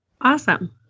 awesome